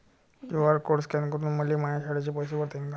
QR code scan करून मले माया शाळेचे पैसे भरता येईन का?